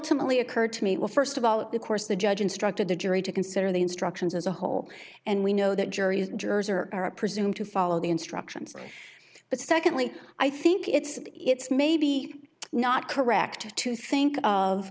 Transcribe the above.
ultimately occurred to me well first of all the course the judge instructed the jury to consider the instructions as a whole and we know that juries jurors are presume to follow the instructions but secondly i think it's it's maybe not correct to think of